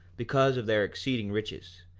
because of their exceeding riches,